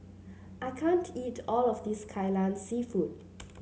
I can't eat all of this Kai Lan seafood